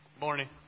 morning